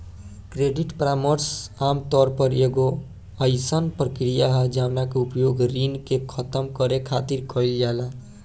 credit परामर्श आमतौर पर एगो अयीसन प्रक्रिया ह जवना के उपयोग ऋण के खतम करे खातिर कईल जाला